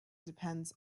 depends